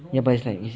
ya but it's like